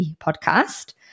podcast